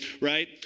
right